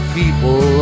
people